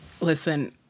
listen